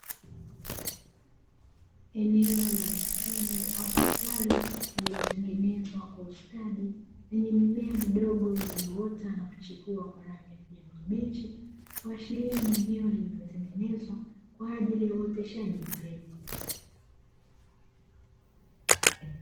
Eneo la bustani au kitalu lililotengenezwa kwa ustadi, lenye mimea midogo ilioota na kuchipua kwa rangi ya kijani kibichi kuashiria ni eneo lililotengenezwa kwa ajili ya uoteshaji wa mbegu.